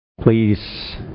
Please